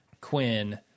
Quinn